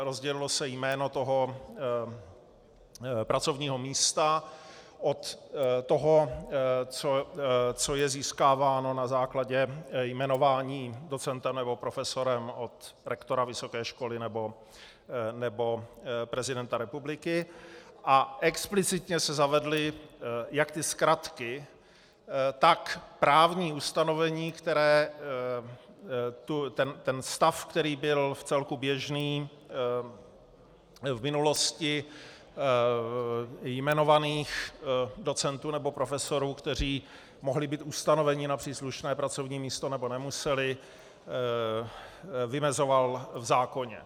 Rozdělilo se jméno pracovního místa od toho, co je získáváno na základě jmenování docentem nebo profesorem od rektora vysoké školy nebo prezidenta republiky, a explicitně se zavedly jak zkratky, tak právní ustanovení, které ten stav, který byl vcelku běžný v minulosti u jmenovaných docentů nebo profesorů, kteří mohli být ustanoveni na příslušné pracovní místo nebo nemuseli, vymezovaly v zákoně.